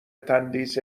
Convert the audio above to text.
تندیس